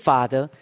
Father